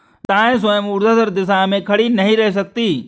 लताएं स्वयं ऊर्ध्वाधर दिशा में खड़ी नहीं रह सकती